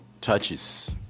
touches